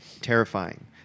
terrifying